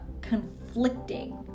conflicting